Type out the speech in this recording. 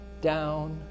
down